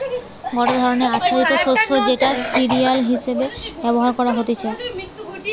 গটে ধরণের আচ্ছাদিত শস্য যেটা সিরিয়াল হিসেবে ব্যবহার করা হতিছে